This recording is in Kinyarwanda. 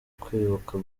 kwibuka